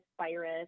virus